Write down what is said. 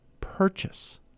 purchase